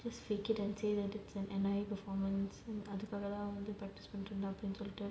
just fake it and say that it's an N_I_E performance and அதுகாக தான்:athukaaga thaan practice பண்ணிட்டு இருந்தனு சொல்லிட்டு:pannittu irunthanu sollittu